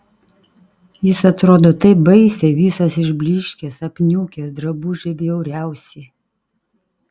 jis atrodo taip baisiai visas išblyškęs apniukęs drabužiai bjauriausi